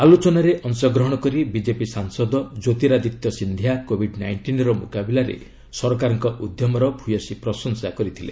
ଆଲୋଚନାରେ ଅଂଶଗ୍ରହଣ କରି ବିଜେପି ସାଂସଦ ଜ୍ୟୋତିରାଦିତ୍ୟ ସିନ୍ଧିଆ କୋବିଡ ନାଇଷ୍ଟିନ୍ର ମୁକାବିଲାରେ ସରକାରଙ୍କ ଉଦ୍ୟମର ଭୟସୀ ପ୍ରଶଂସା କରିଥିଲେ